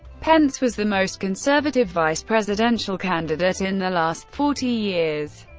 pence was the most conservative vice-presidential candidate in the last forty years.